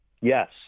Yes